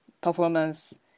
performance